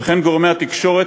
וכן גורמי התקשורת,